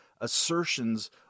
assertions